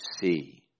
see